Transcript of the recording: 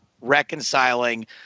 reconciling